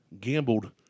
gambled